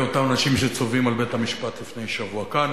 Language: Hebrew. אותם אנשים שצובאים על בית-המשפט לפני שבוע כאן,